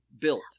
built